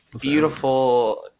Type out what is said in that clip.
beautiful